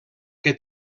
que